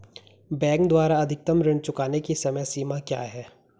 Bank द्वारा अधिकतम ऋण चुकाने की समय सीमा क्या है?